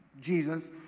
Jesus